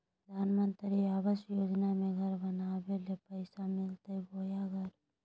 प्रधानमंत्री आवास योजना में घर बनावे ले पैसा मिलते बोया घर?